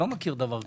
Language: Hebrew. לא מכיר דבר כזה.